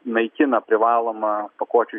naikina privalomą pakuočių